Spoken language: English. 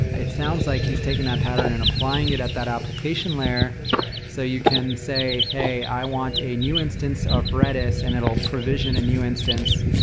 it sounds like he's taking that pattern and applying it at that application layer so you can say, hey, i want a new instance of redis and it'll provision a new instance,